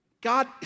God